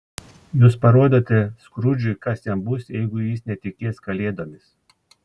jūs parodote skrudžui kas jam bus jeigu jis netikės kalėdomis